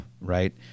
right